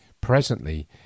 Presently